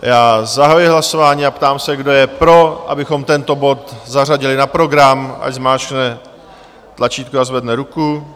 Já zahajuji hlasování a ptám se, kdo je pro, abychom tento bod zařadili na program, ať zmáčkne tlačítko a zvedne ruku.